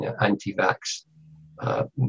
anti-vax